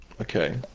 Okay